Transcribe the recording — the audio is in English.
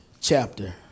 chapter